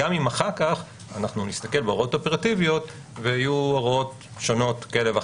גם אם אחר כך נסתכל בהוראות אופרטיביות ויהיו הוראות שונות כאלה ואחרות.